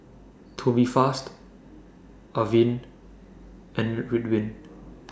Tubifast Avene and Ridwind